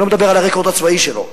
אני לא מדבר על הרקורד הצבאי שלו,